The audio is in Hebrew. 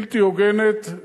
בלתי הוגנת,